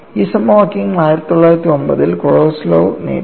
ഈ സമവാക്യങ്ങൾ 1909 ൽ കൊളോസോവ് നേടി